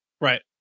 Right